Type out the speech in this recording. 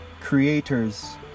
creators